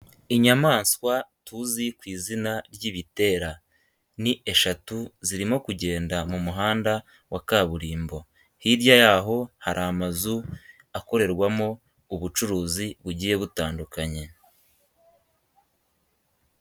Inyamaswa tuzi ku izina ry'ibitera ni eshatu zirimo kugenda mu muhanda wa kaburimbo, hirya yaho hari amazu akorerwamo ubucuruzi bugiye butandukanye.